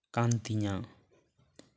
ᱠᱟᱱ ᱛᱤᱧᱟ